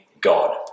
God